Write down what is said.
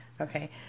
Okay